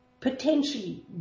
Potentially